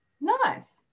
Nice